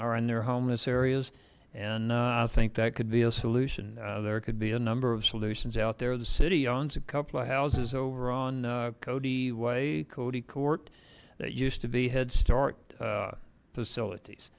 are in their homeless areas and i think that could be a solution there could be a number of solutions out there the city owns a couple of houses over on cody way cody court that used to be head start facilities